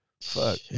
Fuck